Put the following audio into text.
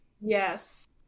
Yes